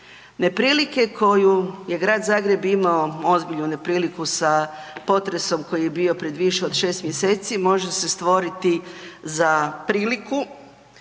Neprilike koju je Grad Zagreb imao, ozbiljnu nepriliku sa potresom koji je bio pred više od 6. mjeseci, može se stvoriti za priliku